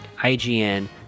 ign